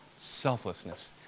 selflessness